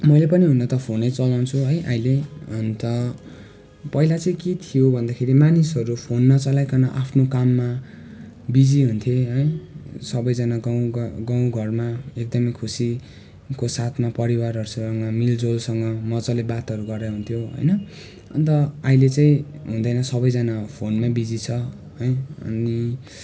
मैले पनि हुन त फोनै चलाउँछु है अहिले अन्त पहिला चाहिँ के थियो भन्दाखेरि मानिसहरू फोन नचलाइकन आफ्नो काममा बिजी हुन्थे है सबैजना गाउँ गाउँघरमा एकदमै खुसीको साथमा परिवारहरूसँग मेलजोलसँग मजाले बातहरू गराइ हुन्थ्यो होइन अन्त अहिले चाहिँ हुँदैन सबैजना फोनमै बिजी छ है अनि